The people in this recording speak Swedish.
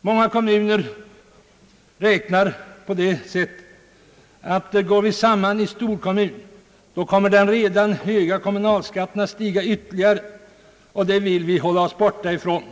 Många kommuner räknar med att om de går samman i storkommun kommer den redan höga kommunalskatten att stiga ytterligare, och det vill man hålla sig borta ifrån.